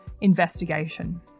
investigation